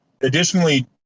additionally